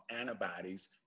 antibodies